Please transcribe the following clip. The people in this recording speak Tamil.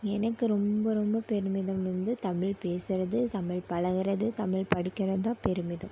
எனக்கு ரொம்ப ரொம்ப பெருமிதம் வந்து தமிழ் பேசுவது தமிழ் பழகுறது தமிழ் படிக்கிறது தான் பெருமிதம்